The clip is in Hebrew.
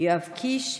יואב קיש,